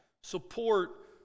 Support